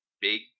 big